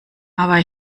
aber